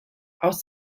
aus